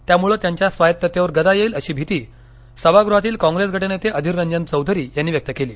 त्यामुळे त्यांच्या स्वायत्ततेवर गदा येईल अशी भीति सभागृहातील कॉप्रेस गटनेते अधीर रंजन चौधरी यांनी व्यक्त केली